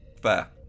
Fair